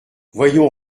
voyons